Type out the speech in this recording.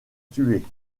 tués